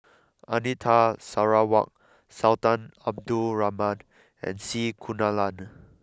Anita Sarawak Sultan Abdul Rahman and C Kunalan